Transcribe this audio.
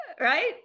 right